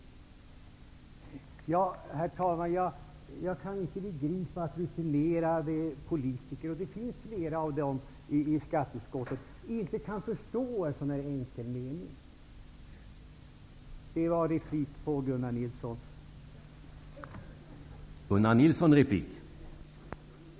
Jag kan inte begripa att rutinerade politiker -- varav flera i skatteutskottet -- inte kan förstå en så enkel mening. Det här är min replik på Gunnar Nilssons inlägg.